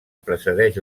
precedeix